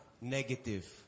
negative